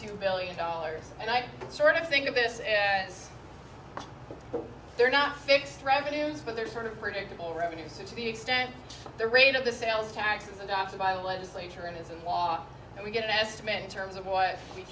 two billion dollars and i sort of think of this but they're not fixed revenues but they're sort of predictable revenue so to the extent the rate of the sales tax is adopted by a legislature it is a law and we get an estimate in terms of what we